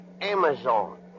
Amazon